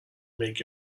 make